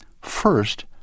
first